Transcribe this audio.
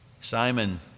Simon